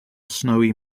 snowy